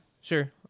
sure